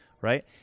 Right